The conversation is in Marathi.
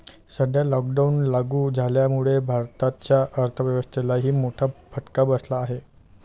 सध्या लॉकडाऊन लागू झाल्यामुळे भारताच्या अर्थव्यवस्थेलाही मोठा फटका बसला आहे